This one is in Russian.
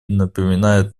напоминает